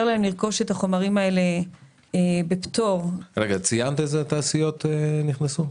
להם לרכוש את החומרים האלה בפטור --- ציינת איזה תעשיות נכנסו?